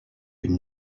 une